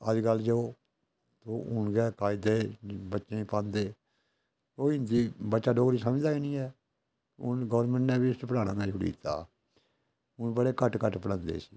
अज्जकल जे ओह् हून गै कायदै दे बच्चें गी पांदे ओह् हिंदी बच्चा डोगरी समझदा गै निं ऐ हून गौरमेंट नै बी पढ़ाना छुड़ी दित्ता हून बड़े घट्ट घट्ट पढ़ांदे इसी